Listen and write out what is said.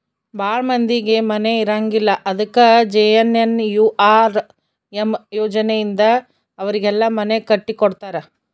ಭಾಳ ಮಂದಿಗೆ ಮನೆ ಇರಂಗಿಲ್ಲ ಅದಕ ಜೆ.ಎನ್.ಎನ್.ಯು.ಆರ್.ಎಮ್ ಯೋಜನೆ ಇಂದ ಅವರಿಗೆಲ್ಲ ಮನೆ ಕಟ್ಟಿ ಕೊಡ್ತಾರ